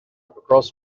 across